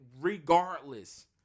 regardless